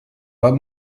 pas